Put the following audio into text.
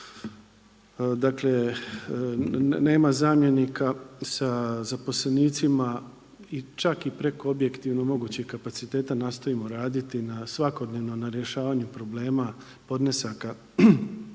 Dakle, nema zamjenika sa zaposlenicima i čak i preko objektivno mogućih kapaciteta nastojimo raditi svakodnevno na rješavanju problema podnesaka